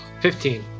Fifteen